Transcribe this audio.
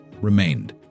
remained